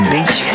Beach